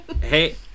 Hey